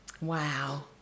Wow